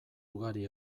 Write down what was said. ugari